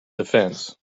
defense